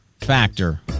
factor